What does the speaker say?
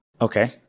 Okay